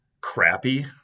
crappy